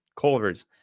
Culver's